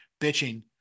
bitching